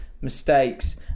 mistakes